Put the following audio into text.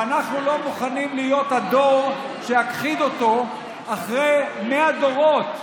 ואנחנו לא מוכנים להיות הדור שיכחיד אותו אחרי 100 דורות,